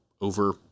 over